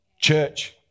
Church